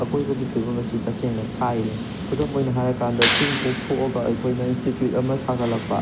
ꯑꯀꯣꯏꯕꯒꯤ ꯐꯤꯕꯝ ꯑꯁꯤ ꯇꯁꯦꯡꯅ ꯀꯥꯏꯔꯦ ꯈꯨꯗꯝ ꯑꯣꯏꯅ ꯍꯥꯏꯔꯀꯥꯟꯗ ꯆꯤꯡ ꯀꯣꯛꯊꯣꯛꯑꯒ ꯑꯩꯈꯣꯏꯅ ꯏꯟꯁꯇꯤꯇ꯭ꯌꯨꯠ ꯑꯃ ꯁꯥꯒꯠꯂꯛꯄ